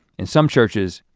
in some churches,